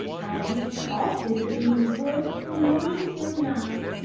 i used often to be in the woods from morning till night.